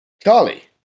Charlie